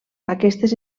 aquestes